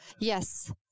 Yes